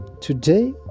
Today